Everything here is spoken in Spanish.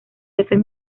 jefes